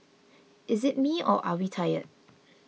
is it me or are we tired